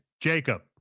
Jacob